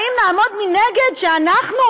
האם נעמוד מנגד כשאנחנו,